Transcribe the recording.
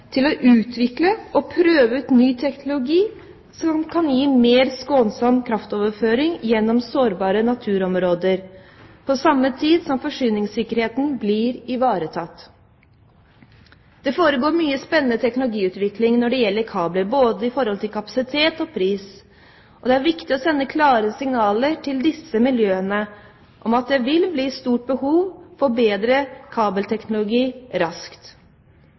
til å utvikle og prøve ut ny teknologi som kan gi en mer skånsom kraftoverføring gjennom sårbare naturområder, på samme tid som forsyningssikkerheten blir ivaretatt. Det foregår mye spennende teknologiutvikling når det gjelder kabler, både i forhold til kapasitet og pris, og det er viktig å sende klare signaler til disse miljøene om at det vil bli stort behov for bedre kabelteknologi raskt.